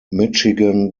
michigan